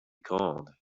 called